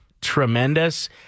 tremendous